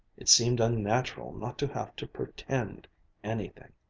it seemed unnatural not to have to pretend anything!